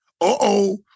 Uh-oh